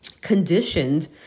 conditioned